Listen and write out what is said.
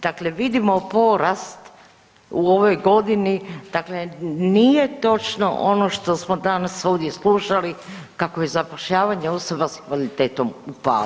Dakle, vidimo porast u ovoj godini, dakle nije točno ono što smo danas ovdje slušali kako je zapošljavanje osoba sa invaliditetom u padu.